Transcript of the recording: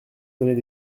connaît